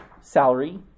salary